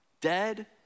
dead